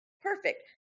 perfect